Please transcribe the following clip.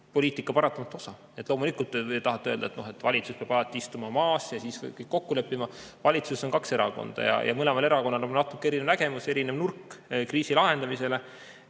poliitika paratamatu osa. Loomulikult te tahate öelda, et valitsus peab alati istuma maha ja siis kõik kokku leppima. Aga valitsuses on kaks erakonda ja mõlemal erakonnal on natuke erinev nägemus, erinev vaatenurk kriisi lahendamisele.